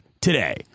today